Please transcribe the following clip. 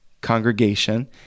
congregation